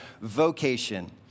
vocation